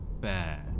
bad